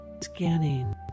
scanning